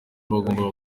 bagombaga